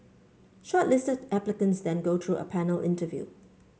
shortlisted applicants then go through a panel interview